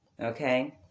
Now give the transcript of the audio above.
Okay